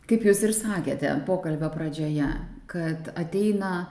kaip jūs ir sakėte pokalbio pradžioje kad ateina